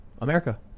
America